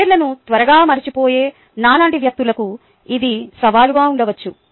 పేర్లను త్వరగా మరచిపోయే నా లాంటి వ్యక్తులకు ఇది సవాలుగా ఉండవచ్చు